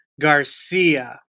Garcia